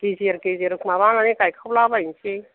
गेजेर गेजेर माबा माबि गायखावला बायनोसै